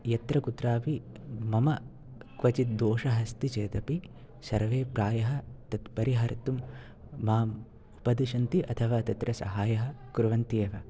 यत्र कुत्रापि मम क्वचित् दोषः अस्ति चेदपि सर्वे प्रायः तत् परिहर्तुं माम् उपदिशन्ति अथवा तत्र साहाय्यं कुर्वन्ति एव